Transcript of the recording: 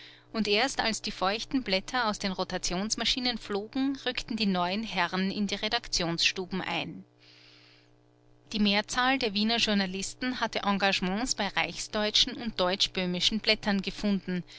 und erst als die feuchten blätter aus den rotationsmaschinen flogen rückten die neuen herren in die redaktionsstuben ein die mehrzahl der wiener journalisten hatte engagements bei reichsdeutschen und deutschböhmischen blättern gefunden